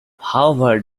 however